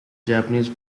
japanese